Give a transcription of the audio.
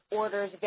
order's